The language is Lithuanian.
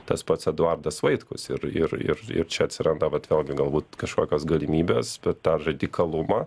tas pats eduardas vaitkus ir ir ir ir čia atsiranda vat vėlgi galbūt kažkokios galimybės per tą radikalumą